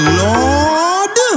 lord